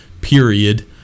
period